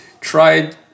tried